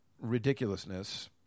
ridiculousness